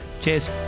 Cheers